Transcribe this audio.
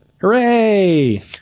Hooray